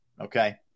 Okay